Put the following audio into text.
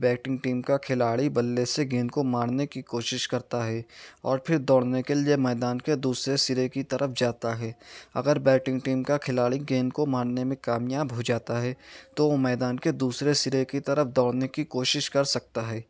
batting team کا کھلاڑی بلے سے گیند کو مارنے کی کوشش کرتا ہے اور پھر دوڑنے کے لیے میدان کے دوسرے سرے کی طرف جاتا ہے اگر بیٹنگ ٹیم کا کھلاڑی گیند کو مارنے میں کامیاب ہو جاتا ہے تو وہ میدان کے دوسرے سرے کی طرف دوڑنے کی کوشش کرسکتا ہے